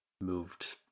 moved